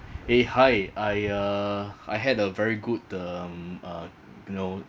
eh hi I uh I had a very good um uh you know